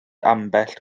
ambell